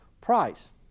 price